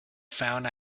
found